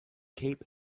cape